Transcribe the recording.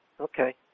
Okay